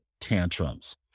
tantrums